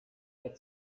der